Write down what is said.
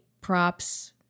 props